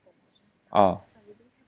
oh